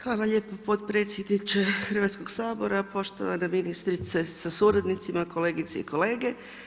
Hvala lijepo potpredsjedniče Hrvatskog sabora, poštovana ministrice sa suradnicima, kolegice i kolege.